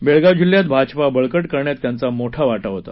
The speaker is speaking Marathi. बेळगाव जिल्ह्यात भाजपा बळकट करण्यात त्यांचा मोठा वाटा होता